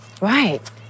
Right